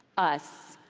us,